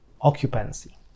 occupancy